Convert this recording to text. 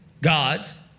gods